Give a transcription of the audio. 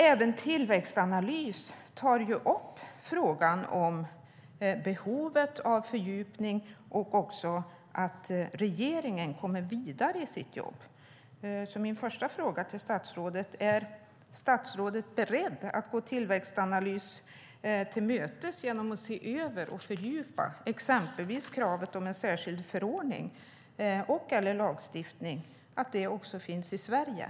Även Tillväxtanalys tar upp behovet av fördjupning och att regeringen kommer vidare i sitt jobb. Min första fråga är om statsrådet är beredd att gå Tillväxtanalys till mötes genom att se över och fördjupa exempelvis kravet på att en särskild förordning och/eller lagstiftning ska finnas också i Sverige.